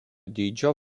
dydžio